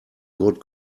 good